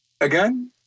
again